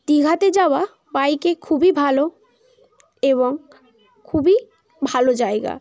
দীঘাতে যাওয়া বাইকে খুবই ভালো এবং খুবই ভালো জায়গা